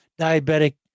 diabetic